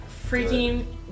freaking